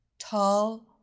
Tall